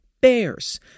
bears